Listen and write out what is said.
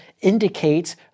indicates